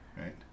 right